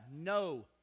no